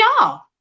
y'all